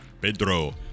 Pedro